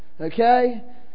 Okay